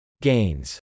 Gains